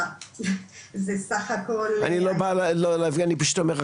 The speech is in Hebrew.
אני פשוט אומר,